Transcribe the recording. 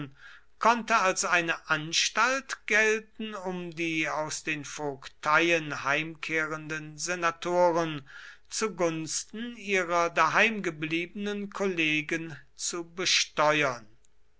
konnte als eine anstalt gelten um die aus den vogteien heimkehrenden senatoren zu gunsten ihrer daheimgebliebenen kollegen zu besteuern